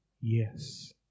Yes